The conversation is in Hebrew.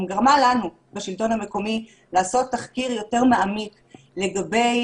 גרמה לנו בשלטון המקומי לעשות תחקיר יותר מעמיק לגבי